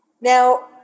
Now